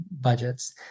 budgets